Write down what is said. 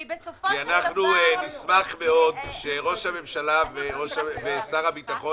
כי אנחנו נשמח מאוד שראש הממשלה ושר הביטחון